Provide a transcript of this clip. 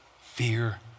fear